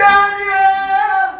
Daniel